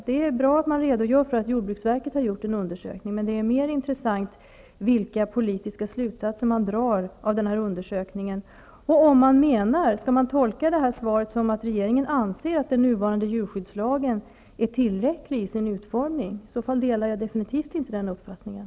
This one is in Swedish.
Det är bra att jordbruksministern redogör för att jordbruksverket har gjort en undersökning, men det är mer intressant vilka politiska slutsatser man drar av denna undersökning. Skall man tolka svaret som att regeringen anser att den nuvarande djurskyddslagen är tillräcklig i sin utformning? I så fall delar jag definitivt inte den uppfattningen.